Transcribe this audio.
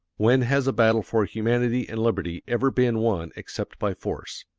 when has a battle for humanity and liberty ever been won except by force?